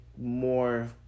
more